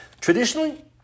Traditionally